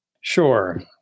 Sure